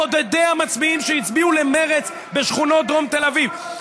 בודדי המצביעים שהצביעו למרצ בשכונות דרום תל אביב.